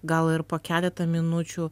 gal ir po keletą minučių